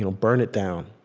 you know burn it down.